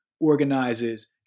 organizes